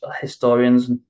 historians